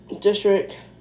district